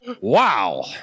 Wow